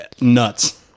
nuts